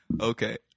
Okay